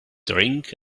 drink